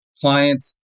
clients